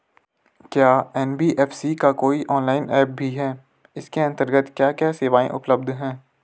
क्या एन.बी.एफ.सी का कोई ऑनलाइन ऐप भी है इसके अन्तर्गत क्या क्या सेवाएँ उपलब्ध हैं?